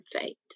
fate